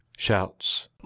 shouts